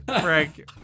Frank